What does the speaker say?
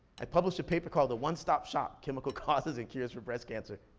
i published a paper called the one-stop shop chemical causes and cures for breast cancer.